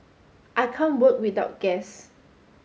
I can't work without gas